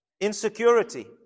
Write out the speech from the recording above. Insecurity